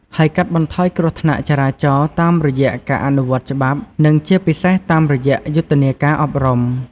ហើយកាត់បន្ថយគ្រោះថ្នាក់ចរាចរណ៍តាមរយៈការអនុវត្តច្បាប់ និងជាពិសេសតាមរយៈយុទ្ធនាការអប់រំ។